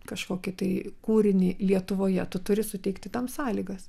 kažkokį tai kūrinį lietuvoje tu turi suteikti tam sąlygas